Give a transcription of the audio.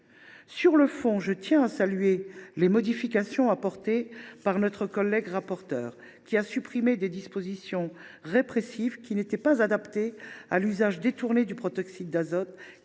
Sur le fond, je tiens à saluer les modifications apportées par notre collègue rapporteure : elle a en particulier supprimé des dispositions répressives qui n’étaient pas adaptées à l’usage détourné du protoxyde d’azote,